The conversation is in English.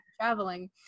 traveling